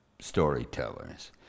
storytellers